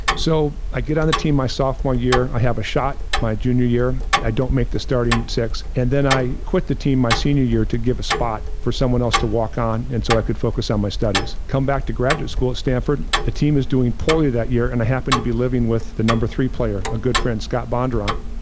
so, i get on the team my sophomore year, i have a shot my junior year, i don't make the starting six and then i quit the team my senior year to give a spot for someone else to walk on, and so i could focus on my studies. come back to graduate school at stanford, the team is doing poorly that year, and i happen to be living with the number three player, a good friend, scott bondurant.